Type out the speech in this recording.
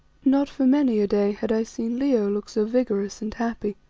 not for many a day had i seen leo look so vigorous and happy.